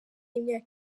y’imyaka